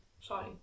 Sorry